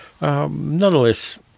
Nonetheless